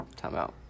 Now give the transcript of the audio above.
timeout